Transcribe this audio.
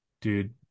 dude